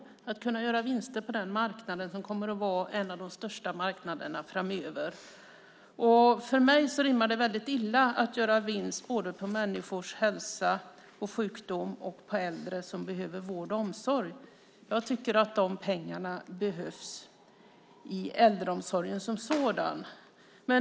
Man kan göra vinster på den marknad som kommer att vara en av de största marknaderna framöver. För mig rimmar det väldigt illa att göra vinst på människors hälsa och sjukdom och på äldre som behöver vård och omsorg. Jag tycker att pengarna behövs i äldreomsorgen som sådan.